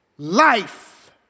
Life